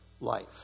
life